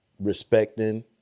respecting